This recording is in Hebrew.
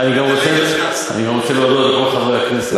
אני גם רוצה להודות לכל חברי הכנסת,